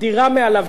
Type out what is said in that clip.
דירה מעליו,